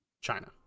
China